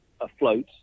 afloat